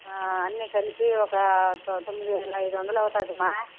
అన్నీ కలిపి ఒక తొ తొమ్మిది వేల ఐదు వందలు అవుతుంది అమ్మ